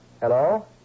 Hello